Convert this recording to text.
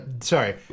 sorry